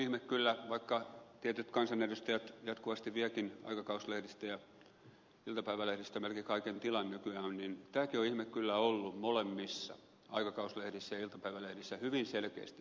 ihme kyllä vaikka tietyt kansanedustajat jatkuvasti vievätkin aikakauslehdistä ja iltapäivälehdistä melkein kaiken tilan nykyään tämäkin on ollut molemmissa aikakauslehdissä ja iltapäivälehdissä hyvin selkeästi